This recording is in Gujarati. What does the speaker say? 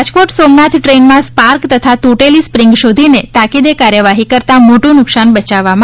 રાજકોટ સોમનાથ ટ્રેનમાં સ્પાર્ક તથા તૂટેલી સ્પ્રીંગ શોધીને તાકીદે કાર્યવાહી કરતાં મોટું નુકસાન બચાવવામાં આવ્યું હતું